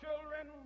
children